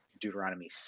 Deuteronomy